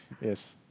yes